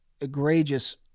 egregious